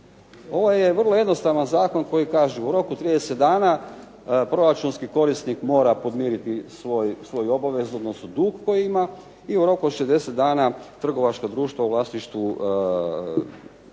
Ovo je vrlo jednostavan zakon koji kaže u roku 30 dana proračunski korisnik mora podmiriti svoju obavezu, odnosno dug koji ima i u roku od 60 dana trgovačka društva u vlasništvu države